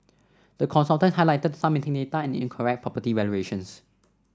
the consultants highlighted some missing data and incorrect property valuations